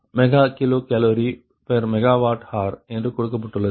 86 MkCalMWHr என்று கொடுக்கப்பட்டுள்ளது